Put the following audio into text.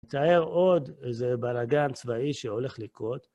נצייר עוד איזה בלאגן צבאי שהולך לקרות.